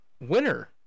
winner